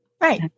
Right